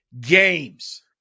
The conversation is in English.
games